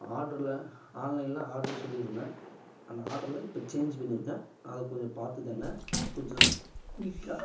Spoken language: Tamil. ஆடருல ஆன்லைனில் ஆடரு சொல்லியிருந்தேன் அந்த ஆடருல இப்போ சேஞ்ச் பண்ணியிருக்கேன் அதை கொஞ்சம் பார்த்துக்கங்க கொஞ்சம் குயிக்காக